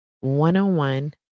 one-on-one